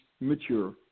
mature